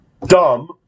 Dumb